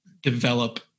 develop